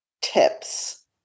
tips